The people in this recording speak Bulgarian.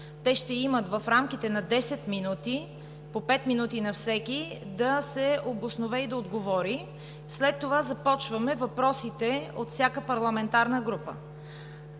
министри. В рамките на 10 минути ще имат по пет минути на всеки, да се обоснове и да отговори. След това започваме въпросите от всяка парламентарна група